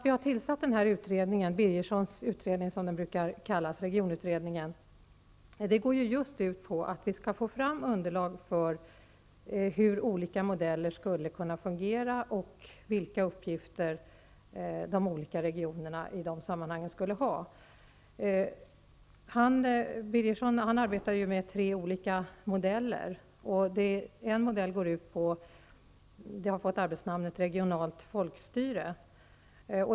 Vi har tillsatt regionutredningen, Birgerssons utredning som den brukar kallas, för att vi skall få fram underlag för hur olika modeller skulle kunna fungera och vilka uppgifter de olika regionerna i de sammanhangen skulle ha. Birgersson arbetar med tre olika modeller. En modell har fått arbetsnamnet Regionalt folkstyre.